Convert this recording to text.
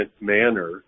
manner